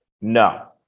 no